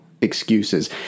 excuses